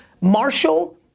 Marshall